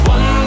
One